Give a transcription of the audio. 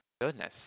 goodness